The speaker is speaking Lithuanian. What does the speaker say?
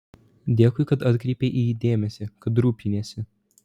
dėkui kad atkreipei į jį dėmesį kad rūpiniesi